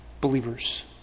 believers